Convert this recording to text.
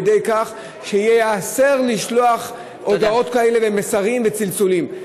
על-ידי כך שייאסר לשלוח הודעות כאלה ומסרים וצלצולים.